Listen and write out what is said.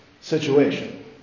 situation